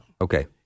Okay